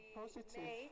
positive